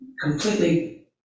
completely